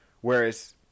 Whereas